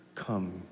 Come